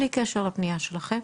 2050, בלי קשר לפניה שלכם.